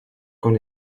con